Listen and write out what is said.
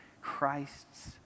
Christ's